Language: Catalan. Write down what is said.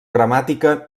gramàtica